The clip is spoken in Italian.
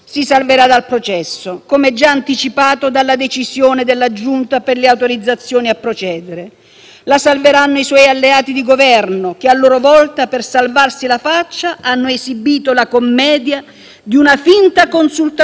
La salveranno i suoi alleati di Governo che a loro volta, per salvarsi la faccia, hanno esibito la commedia di una finta consultazione *on line* e ascolteremo dalla voce di volenterosi parlamentari, forse perché l'Aula è vuota,